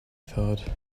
thought